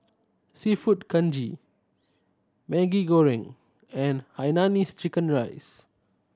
Seafood Congee Maggi Goreng and hainanese chicken rice